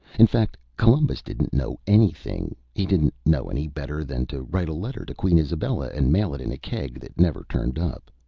in fact, columbus didn't know anything. he didn't know any better than to write a letter to queen isabella and mail it in a keg that never turned up.